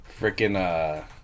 freaking